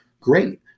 great